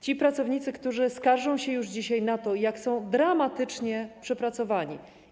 Ci pracownicy, którzy skarżą się już dzisiaj na to, jak dramatycznie są przepracowani.